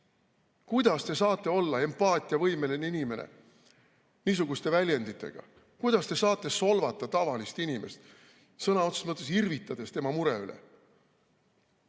Kuidas te saate olla empaatiavõimeline inimene, niisuguste väljenditega? Kuidas te saate solvata tavalist inimest, sõna otseses mõttes irvitades tema mure üle? Kuna